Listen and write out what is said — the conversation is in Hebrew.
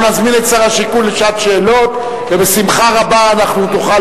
אנחנו נזמין את שר השיכון לשעת שאלות ובשמחה רבה תוכל,